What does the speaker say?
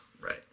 Right